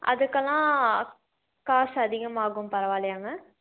அதுக்கலாம் காசு அதிகமாகும் பரவாயில்லையாங்க